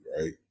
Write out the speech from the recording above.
right